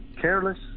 careless